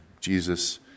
Jesus